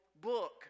book